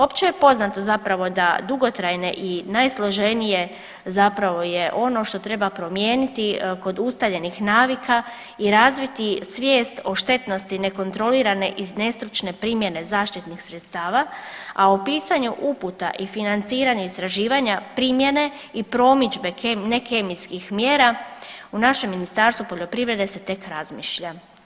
Opće je poznato zapravo da dugotrajne i najsloženije zapravo je ono što treba promijeniti kod ustaljenih navika i razviti svijest o štetnosti nekontrolirane i nestručne primjene zaštitnih sredstava, a o pisanju uputa i financiranje istraživanja primjene i promidžbe ne kemijskih mjera u našem Ministarstvu poljoprivrede se tek razmišlja.